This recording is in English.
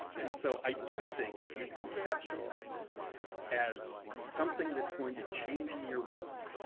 and so i do think if you conceptualize it as something that's going to change in your work,